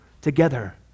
together